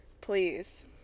Please